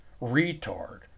retard